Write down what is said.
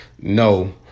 no